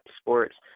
sports